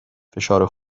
فشار